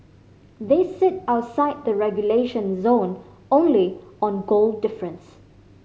they sit outside the relegation zone only on goal difference